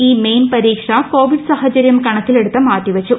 E main പരീക്ഷ Covid സാഹചരൃം കണക്കിലെടുത്ത് മാറ്റിവെച്ചു